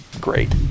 great